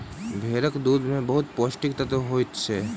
भेड़क दूध में बहुत पौष्टिक तत्व होइत अछि